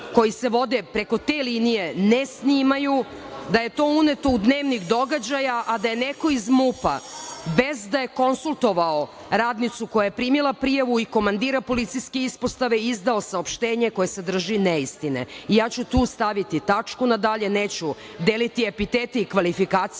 koji se vode preko te linije ne snimaju, da je to uneto u dnevnik događaja, a da je neko iz MUP-a, bez da je konsultovao radnicu koja je primila prijavu i komandira policijske ispostave izdao saopštenje koje sadrži neistine. Ja ću tu staviti tačku na dalje. Neću deliti epitete i kvalifikacije,